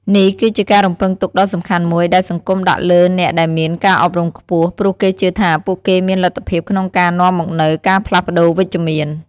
នេះគឺជាការរំពឹងទុកដ៏សំខាន់មួយ ដែលសង្គមដាក់លើអ្នកដែលមានការអប់រំខ្ពស់ ព្រោះគេជឿថាពួកគេមានលទ្ធភាពក្នុងការនាំមកនូវការផ្លាស់ប្តូរវិជ្ជមាន។